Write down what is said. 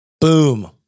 Boom